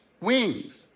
wings